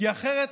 כי אחרת